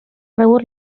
rebut